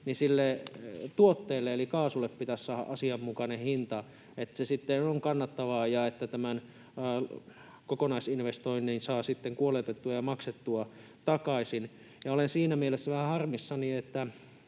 niin sille tuotteelle eli kaasulle pitäisi saada asianmukainen hinta, että se sitten on kannattavaa ja että tämän kokonaisinvestoinnin saa sitten kuoletettua ja maksettua takaisin. Ja olen siinä mielessä vähän harmissani,